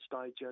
stage